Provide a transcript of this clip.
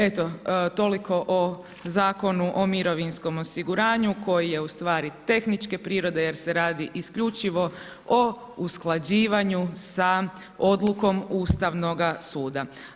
Eto, toliko o Zakonu o mirovinskom osiguranju, koji je ustvari tehničke prirode, jer se radi isključivo o usklađivanju sa odlukom Ustavnoga suda.